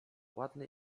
ładny